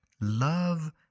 love